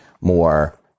more